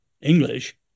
English